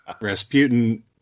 Rasputin